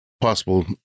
possible